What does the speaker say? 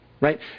Right